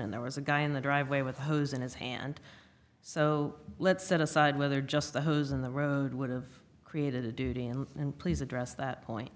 and there was a guy in the driveway with a hose in his hand so let's set aside whether just the hose in the road would've created a duty and and please address that point